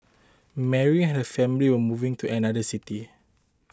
Mary and her family were moving to another city